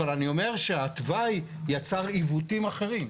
אבל אני אומר שהתוואי יצר עיוותים אחרים.